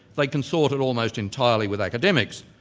like consorted almost entirely with academics,